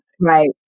Right